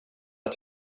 att